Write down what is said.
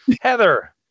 Heather